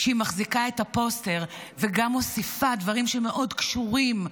כשהיא מחזיקה את הפוסטר וגם מוסיפה דברים שמאוד קשורים לחטופים,